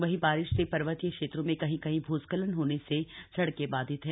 वहीं बारिश से पर्वतीय क्षेत्रों में कहीं कहीं भूस्खलन होने से सड़कें बाधित हैं